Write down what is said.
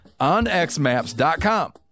onxmaps.com